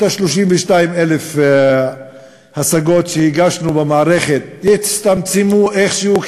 32,000 ההשגות שהגשנו במערכת יצטמצמו איכשהו,